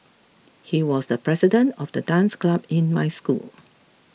he was the president of the dance club in my school